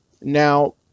Now